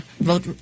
vote